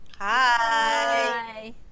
hi